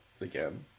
again